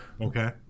okay